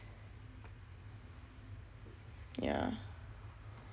yah